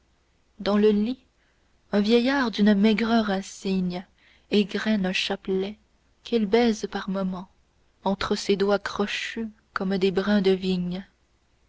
dans le lit un vieillard d'une maigreur insigne égrène un chapelet qu'il baise par moment entre ses doigts crochus comme des brins de vigne